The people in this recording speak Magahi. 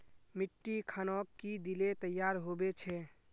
मिट्टी खानोक की दिले तैयार होबे छै?